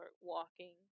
walking